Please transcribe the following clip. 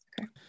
okay